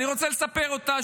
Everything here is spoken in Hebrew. אני רוצה לספר אותה,